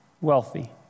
wealthy